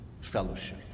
fellowship